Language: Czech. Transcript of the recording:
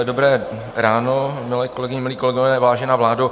Dobré ráno, milé kolegyně, milí kolegové, vážená vládo.